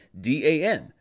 D-A-N